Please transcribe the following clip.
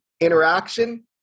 interaction